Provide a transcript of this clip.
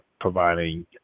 providing